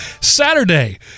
Saturday